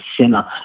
sinner